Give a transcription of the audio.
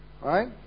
Right